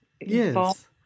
yes